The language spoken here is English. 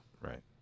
Right